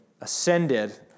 ascended